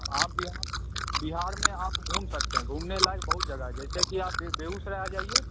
आप बिहार बिहार में आप घूम सकते हैं घूमने लायक बहुत जगह है जैसे कि आप बे बेगूसराय आ जाइए